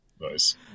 Nice